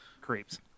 creeps